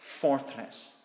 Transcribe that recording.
fortress